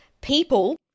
people